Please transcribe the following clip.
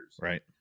Right